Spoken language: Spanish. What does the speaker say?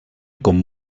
con